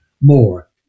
more